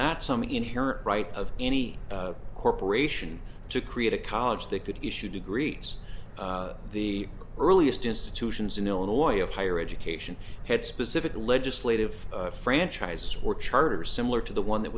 not some inherent right of any corporation to create a college they could issue degrees the earliest institutions in illinois of higher education had specific legislative franchise or charters similar to the one that